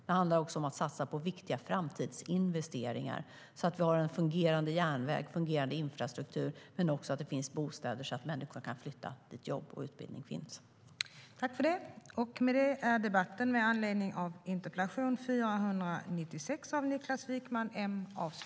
Det handlar också om att satsa på viktiga framtidsinvesteringar, så att vi har en fungerande järnväg, en fungerande infrastruktur och också bostäder så att människor kan flytta dit där jobb och utbildning finns. Överläggningen var härmed avslutad.